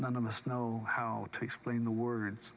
none of us know how to explain the words